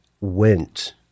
went